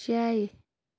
شایہِ